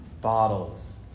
bottles